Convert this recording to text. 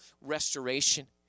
restoration